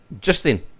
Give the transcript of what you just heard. Justin